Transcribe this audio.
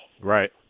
Right